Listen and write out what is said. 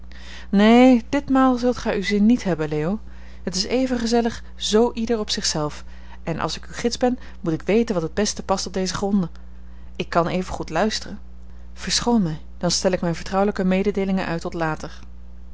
zult gij uw zin niet hebben leo het is even gezellig z ieder op zich zelf en als ik uw gids ben moet ik weten wat het beste past op deze gronden ik kan even goed luisteren verschoon mij dan stel ik mijne vertrouwelijke mededeelingen uit tot later